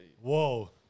Whoa